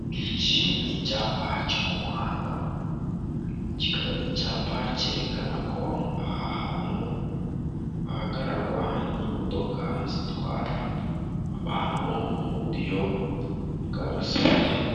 Iki ni icyapa cyo mu muhanda kikaba ari icyapa cyerekana ko aha hantu hahagararwa n'imodoka zitwara abantu mu buryo bwa rusange.